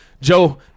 Joe